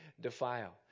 defile